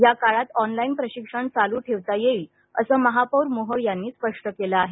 या काळात ऑनलाईन प्रशिक्षण चालू ठेवता येईल असं महापौर मोहोळ यांनी स्पष्ट केल आहे